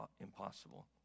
impossible